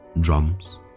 Drums